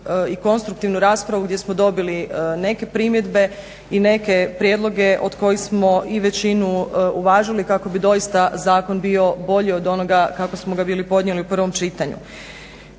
i konstruktivnu raspravu gdje smo dobili neke primjedbe i neke prijedloge od kojih smo i većinu uvažili kako bi doista zakon bio bolji od onoga kako smo ga bili podnijeli u prvom čitanju.